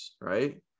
right